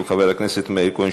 של חבר הכנסת מאיר כהן,